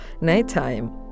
nighttime